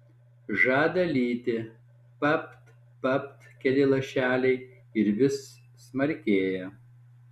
žada lyti papt papt keli lašeliai ir vis smarkėja